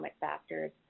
factors